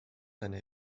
seine